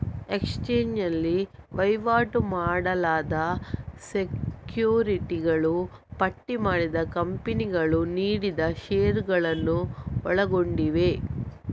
exchange ನಲ್ಲಿ ವಹಿವಾಟು ಮಾಡಲಾದ ಸೆಕ್ಯುರಿಟಿಗಳು ಪಟ್ಟಿ ಮಾಡಿದ ಕಂಪನಿಗಳು ನೀಡಿದ ಷೇರುಗಳನ್ನು ಒಳಗೊಂಡಿವೆ